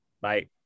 Bye